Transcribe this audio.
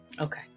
Okay